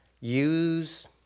Use